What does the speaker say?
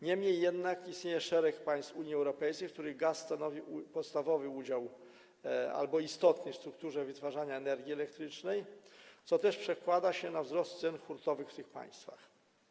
Niemniej jednak istnieje szereg państw Unii Europejskiej, w których gaz stanowi podstawowy albo istotny udział w strukturze wytwarzania energii elektrycznej, co też przekłada się na wzrost cen hurtowych w tych państwach.